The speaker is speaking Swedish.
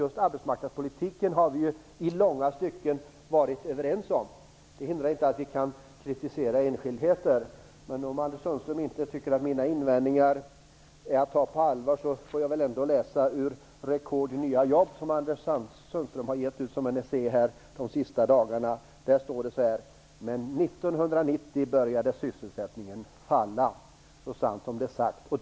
Just arbetsmarknadspolitiken har vi ju i långa stycken varit överens om. Det hindrar inte att vi kan kritisera enskildheter. Men om Anders Sundström inte tycker att mina invändningar skall tas på allvar får jag väl ändå läsa ur Rekord i nya jobb, som Anders Sundström har gett ut som en essä här de sista dagarna. Där står det så här: Men 1990 började sysselsättningen att falla. Det är så sant som det är sagt.